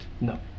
No